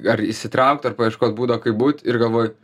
ar įsitraukt ar paieškot būdo kaip būt ir galvoju